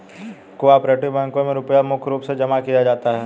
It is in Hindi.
को आपरेटिव बैंकों मे रुपया मुख्य रूप से जमा किया जाता है